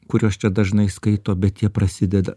kuriuos čia dažnai skaito bet jie prasideda